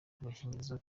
agakingirizo